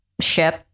ship